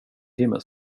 timme